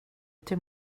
till